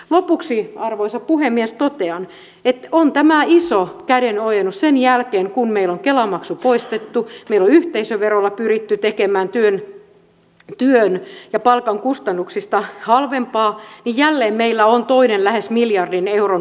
lopuksi arvoisa puhemies totean että on tämä iso kädenojennus sen jälkeen kun meillä on kela maksu poistettu meillä on yhteisöverolla pyritty tekemään työn ja palkan kustannuksista halvempia ja jälleen meillä on toinen lähes miljardin euron paketti pöydällä